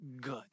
good